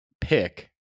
pick